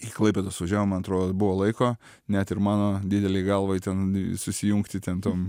į klaipėdos užėjom man atrodo buvo laiko net ir mano didelei galvai ten susijungti ten tom